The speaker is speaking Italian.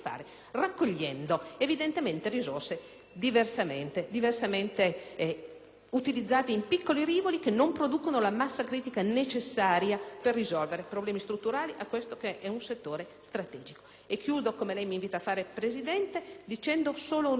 evidentemente risorse diversamente utilizzate in piccoli rivoli, che non producono la massa critica necessaria per risolvere problemi strutturali a questo che è un settore strategico. *(Richiami del Presidente)*. Concludo, come lei mi invita a fare, signora Presidente, dicendo solo un'ultima cosa: